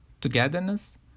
togetherness